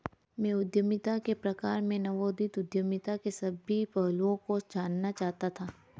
मैं उद्यमिता के प्रकार में नवोदित उद्यमिता के सभी पहलुओं को जानना चाहता था